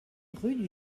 rue